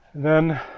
then